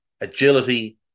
agility